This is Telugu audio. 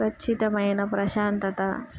చ్చితమైన ప్రశాంతత